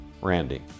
Randy